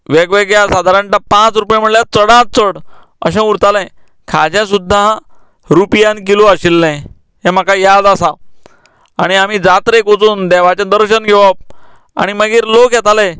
वेगवेगळ्या सादारणता पांच रुपया म्हणल्यार चडात चड अशें उरतालें खाजें सुद्दां रुपयान किलो आशिल्लें हें म्हाका याद आसा आनी आमी जात्रेक वचून देवाचें दर्शन घेवप आनी मागीर लोक येताले